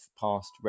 past